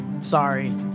Sorry